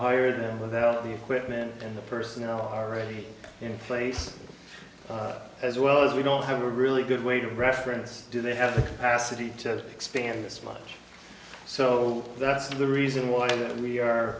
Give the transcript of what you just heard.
hire them with the equipment and the personnel already in place as well as we don't have a really good way to reference do they have the capacity to expand this much so that's the reason why we are